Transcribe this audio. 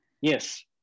Yes